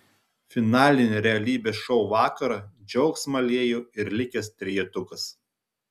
finalinį realybės šou vakarą džiaugsmą liejo ir likęs trejetukas